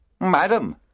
Madam